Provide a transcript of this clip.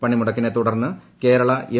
പണിമുടക്കിനെ തുടർന്ന് കേരള എം